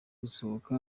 gusohoka